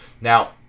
Now